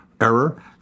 error